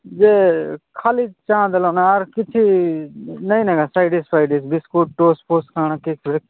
ଯେ ଖାଲି ଚା' ଦେଲ ନା ଆର୍ କିଛି ନାଇଁ ନେଇ ନେକା ସ୍ପ୍ରାଇଟ୍ଫ୍ରାଇଟ୍ ବିସ୍କୁଟ୍ ଟୋଷ୍ଟଫୋଷ୍ଟ କାଣା କେକ୍ଫେକ୍